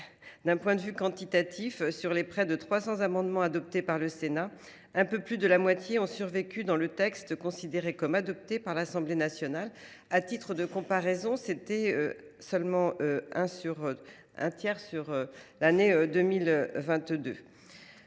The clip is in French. D’un point de vue quantitatif, sur les près de 300 amendements adoptés par le Sénat, un peu plus de la moitié ont survécu dans le texte considéré comme adopté par l’Assemblée nationale. À titre de comparaison, seulement un peu plus d’un